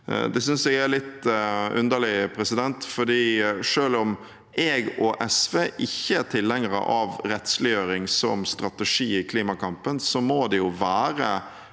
Det synes jeg er litt underlig, for selv om jeg og SV ikke er tilhengere av rettsliggjøring som strategi i klimakampen, må det jo være